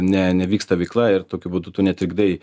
ne nevyksta veikla ir tokiu būdu tu netrikdai